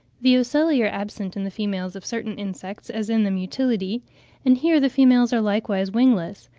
the ocelli are absent in the females of certain insects, as in the mutillidae and here the females are likewise wingless.